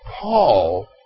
Paul